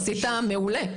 עשית מעולה.